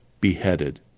beheaded